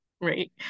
Right